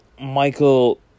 Michael